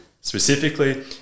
specifically